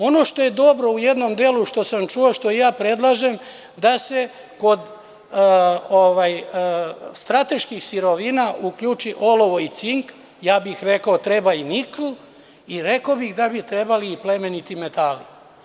Ono što je dobro u jednom delu, što sam čuo i što predlažem, da se u strateške sirovine uključi olovo i cink, ja bih rekao da treba i nikl i rekao bih da bi trebali i plemeniti metali.